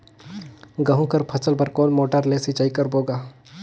गहूं कर फसल बर कोन मोटर ले सिंचाई करबो गा?